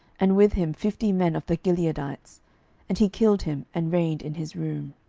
and with him fifty men of the gileadites and he killed him, and reigned in his room.